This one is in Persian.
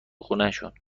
خونشون